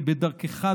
שבדרכך,